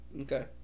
Okay